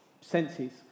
senses